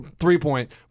three-point